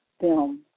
film